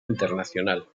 internacional